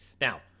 Now